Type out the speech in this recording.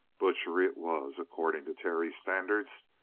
butchery it was, according to terry's standards.